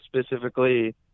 specifically